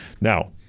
Now